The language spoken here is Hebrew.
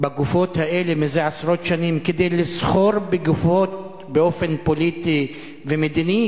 בגופות האלה זה עשרות שנים כדי לסחור בגופות באופן פוליטי ומדיני?